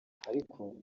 ariko